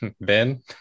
Ben